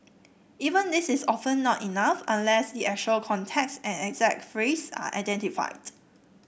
even this is often not enough unless the actual context and exact phrase are identified